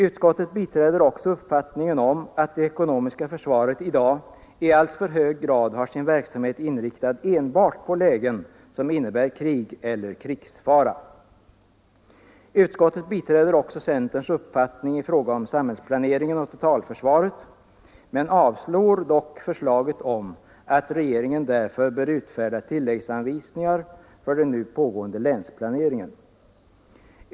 Utskottet biträder också uppfattningen att det ekonomiska försvaret i dag i alltför hög grad har sin verksamhet inriktad enbart på lägen som innebär krig eller krigsfara. Utskottet biträder vidare centerns uppfattning i fråga om samhällsplaneringen och totalförsvaret, men avstyrker förslaget om att regeringen bör utfärda tilläggsanvisningar för den nu pågående länsplaneringen.